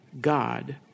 God